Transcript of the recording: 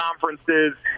conferences